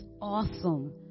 awesome